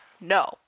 no